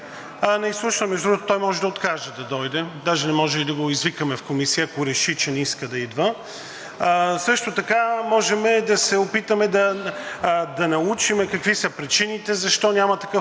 на изслушване, между другото, той може да откаже да дойде. Даже не може и да го извикаме в Комисията, ако реши, че не иска да идва. Също така можем да се опитаме да научим какви са причините, защо няма такъв